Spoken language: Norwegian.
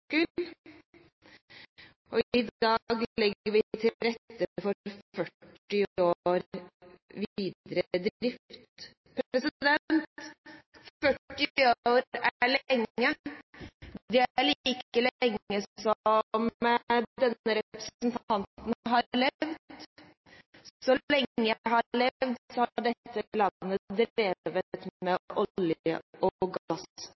og i dag legger vi til rette for 40 års videre drift. 40 år er lenge. Det er like lenge som denne representanten har levd. Så lenge jeg har levd, har dette landet drevet med olje- og